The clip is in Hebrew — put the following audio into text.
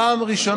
זו פעם ראשונה